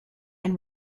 and